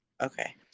Okay